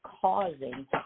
causing